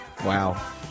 wow